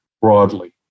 broadly